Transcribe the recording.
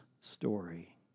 story